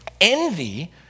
Envy